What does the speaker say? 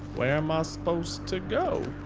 where am i suppose to go?